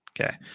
Okay